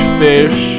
fish